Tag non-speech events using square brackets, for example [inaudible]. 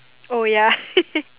oh ya [laughs]